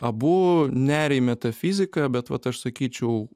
abu neria į metafiziką bet vat aš sakyčiau